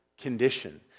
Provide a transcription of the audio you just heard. condition